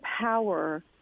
power